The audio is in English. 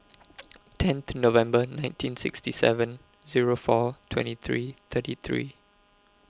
tenth November nineteen sixty seven Zero four twenty three thirty three